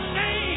name